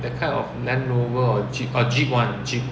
that kind of land rover or jeep orh jeep [one] jeep